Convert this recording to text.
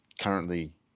currently